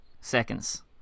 seconds